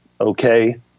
okay